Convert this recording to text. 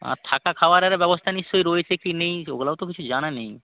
আর থাকা খাওয়ার আরে ব্যবস্থা নিশ্চয়ই রয়েছে কি নেই ওগুলোও তো কিছু জানা নেই